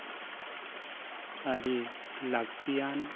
ᱟᱹᱰᱤ ᱞᱟᱹᱠᱛᱤᱭᱟᱱ